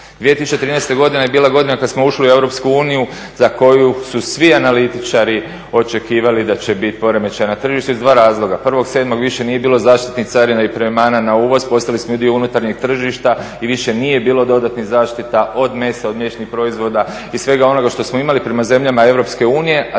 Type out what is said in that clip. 2013. godina je bila godina kad smo ušli u EU za koju su svi analitičari očekivali da će biti poremećaj na tržištu iz dva razloga. 1.07. više nije bilo zaštitnih carina i … /Govornik se ne razumije./… na uvoz, postali smo dio unutarnjeg tržišta i više nije bilo dodatnih zaštita od mesa, od mliječnih proizvoda i svega onoga što smo imali prema zemljama EU